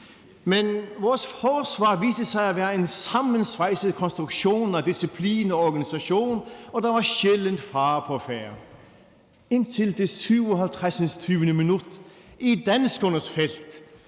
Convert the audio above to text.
Men vores forsvar viste sig at være en sammensvejset konstruktion af disciplin og organisation, og der var sjældent fare på færde, indtil det 57. minut i danskernes felt,